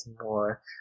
more